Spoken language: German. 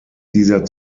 dieser